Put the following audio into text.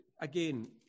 Again